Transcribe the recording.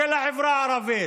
של החברה הערבית.